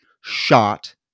shot